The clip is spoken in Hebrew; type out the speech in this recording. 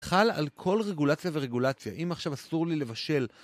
חל על כל רגולציה ורגולציה. אם עכשיו אסור לי לבשל...